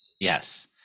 Yes